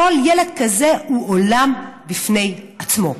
כל ילד כזה הוא עולם בפני עצמו.